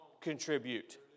contribute